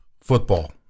football